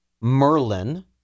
Merlin